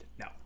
no